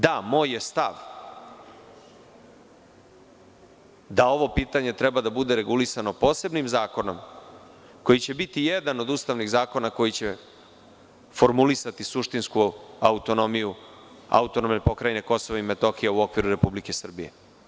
Da, moj je stav da ovo pitanje treba da bude regulisano posebnim zakonom, koji će biti jedan od ustavnih zakona koji će formulisati suštinsku autonomiju AP KiM u okviru Republike Srbije.